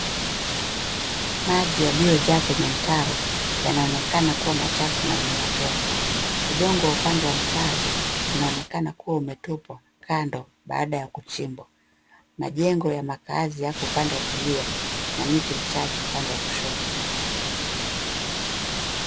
Maji yaliyojaa kwenye mtaro, yanaonekana kuwa machafu na yenye matope. Udongo wa upande wa mtaro, unaonekana kuwa umetupwa kando baada ya kuchimba. Majengo ya makazi yako upande wa kulia na miti michache upande wa kushoto.